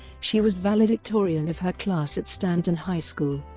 she was valedictorian of her class at stanton high school.